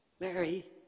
Mary